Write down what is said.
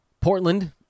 Portland